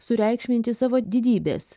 sureikšminti savo didybės